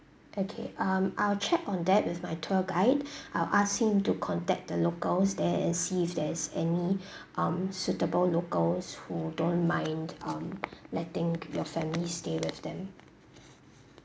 okay um I'll check on that with my tour guide I'll ask him to contact the locals there and see if there's any um suitable locals who don't mind um letting your family stay with them